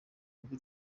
ubwo